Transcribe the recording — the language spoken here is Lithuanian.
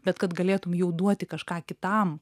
bet kad galėtum jau duoti kažką kitam